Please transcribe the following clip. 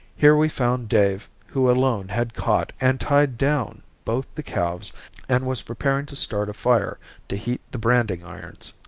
here we found dave who alone had caught and tied down both the calves and was preparing to start a fire to heat the branding irons.